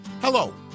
Hello